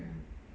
mm